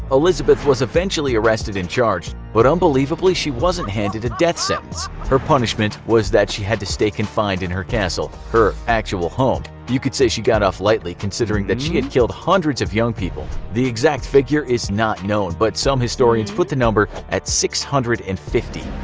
elizabeth was eventually arrested and charged, but unbelievably she wasn't handed a death sentence. her punishment was that she had to stay confined in the castle, her actual home. you could say she got off lightly considering that she had killed hundreds of young people. the exact figure is not known, but some historians put the number at six hundred and fifty.